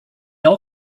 all